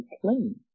clean